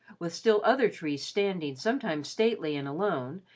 with still other trees standing sometimes stately and alone,